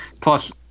Plus